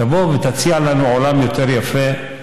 תבוא ותציע לנו עולם יפה יותר.